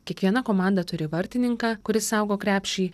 kiekviena komanda turi vartininką kuris saugo krepšį